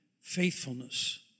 faithfulness